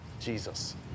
Jesus